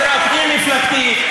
בזירה פנים-מפלגתית,